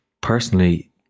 personally